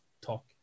talk